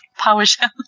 PowerShell